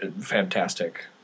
fantastic